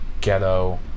ghetto